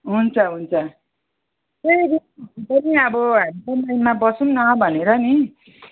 हुन्छ हुन्छ त्यहीनिर हुन्छ नि अब हामीसँगै रुममा बसौँ न भनेर नि